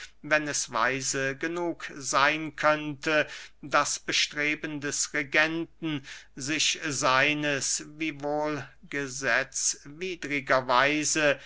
wenn es weise genug seyn könnte das bestreben des regenten sich seines wiewohl gesetzwidriger weise